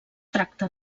tracta